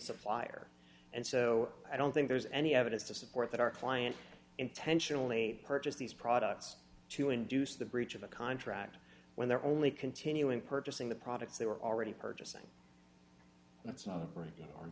supplier and so i don't think there's any evidence to support that our client intentionally purchased these products to induce the breach of a contract when they're only continuing purchasing the products they were already purchasing that's not